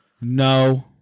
No